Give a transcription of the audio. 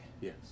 Yes